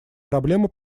проблемы